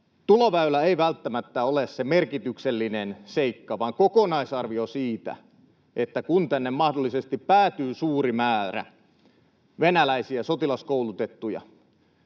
tuloväylä ei välttämättä ole se merkityksellinen seikka, vaan kokonaisarvio siitä, että kun tänne mahdollisesti päätyy suuri määrä venäläisiä sotilaskoulutettuja,